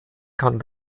kann